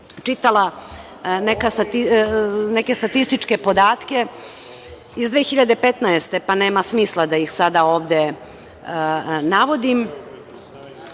čitala neke statističke podatke iz 2015. godine, pa nema smisla da ih sada ovde navodim,